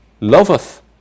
loveth